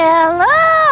Hello